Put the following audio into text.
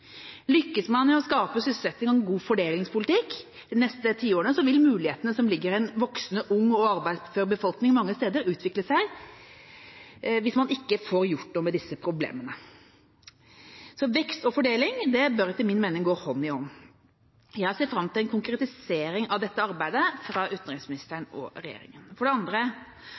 Lykkes man med å skape sysselsetting og en god fordelingspolitikk de neste tiårene, vil mulighetene som ligger i en voksende ung og arbeidsfør befolkning, mange steder utvikle seg – hvis man får gjort noe med disse problemene. Vekst og fordeling bør etter min mening gå hånd i hånd. Jeg ser fram til en konkretisering av dette arbeidet fra utenriksministeren og regjeringa. For det andre: